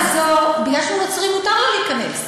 מכיוון שהוא נוצרי אסור לו להיכנס?